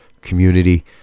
community